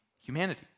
humanity